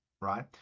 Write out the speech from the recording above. right